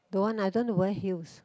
don't want lah I don't want to wear heels